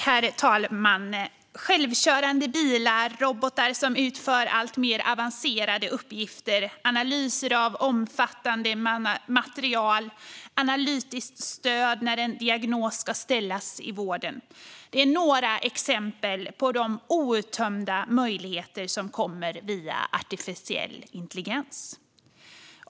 Herr talman! Självkörande bilar, robotar som utför alltmer avancerade uppgifter, analyser av omfattande material och analytiskt stöd när en diagnos ska ställas i vården är några exempel på de outtömda möjligheter som kommer via artificiell intelligens.